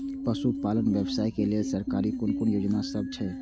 पशु पालन व्यवसाय के लेल सरकारी कुन कुन योजना सब छै?